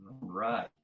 right